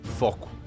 foco